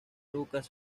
lucas